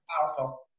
powerful